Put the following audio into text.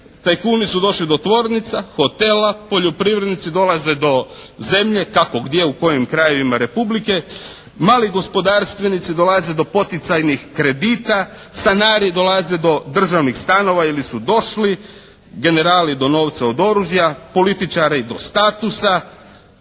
Tajkuni su došli do tvornica, hotela, poljoprivrednici dolaze do zemlje, kako gdje, u kojim krajevima republike, mali gospodarstvenici dolaze do poticajnih kredita, stanari dolaze do državnih stanova ili su došli, generali do novca od oružja, političari do statusa,